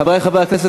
חברי חברי הכנסת,